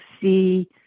see